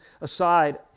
aside